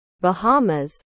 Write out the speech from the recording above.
Bahamas